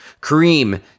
Kareem